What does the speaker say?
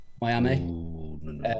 miami